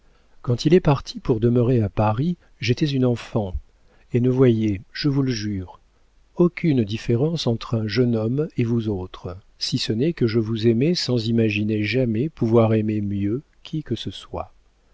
quand il est parti pour demeurer à paris j'étais une enfant et ne voyais je vous le jure aucune différence entre un jeune homme et vous autres si ce n'est que je vous aimais sans imaginer jamais pouvoir aimer mieux qui que ce soit